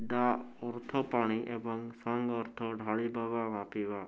ଦାଆ ଅର୍ଥ ପାଣି ଏବଂ ସଙ୍ଗ୍ ଅର୍ଥ ଢାଳିବା ବା ମାପିବା